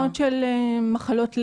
פניות של מחלות לב,